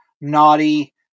Naughty